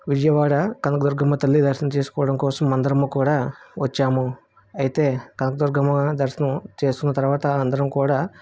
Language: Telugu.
విజయవాడ కనకదుర్గమ్మ తల్లి దర్శనం చేసుకోవడం కోసం అందరము కూడా వచ్చాము అయితే కనకదుర్గమ్మ దర్శనం చేసుకున్నతర్వాత అందరం కూడా